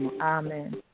Amen